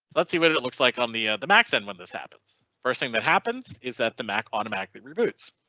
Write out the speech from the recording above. let's see what it it looks like on the ah the max and when this happens first thing that happens is that the mac automatically reboots.